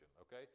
okay